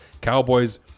Cowboys